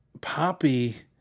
Poppy